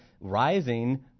rising